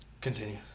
Continue